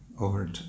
over